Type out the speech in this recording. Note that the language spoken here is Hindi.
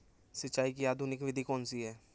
सिंचाई की आधुनिक विधि कौनसी हैं?